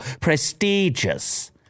Prestigious